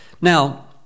Now